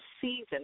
season